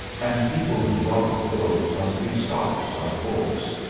and people who rock the boat must be stopped by force.